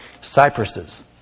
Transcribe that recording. cypresses